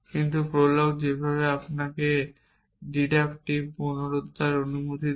কিন্তু প্রোলগ যেভাবে আপনাকে ডিডাক্টিভ পুনরুদ্ধারের অনুমতি দেয়